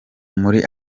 muri